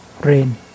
rain